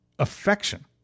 affection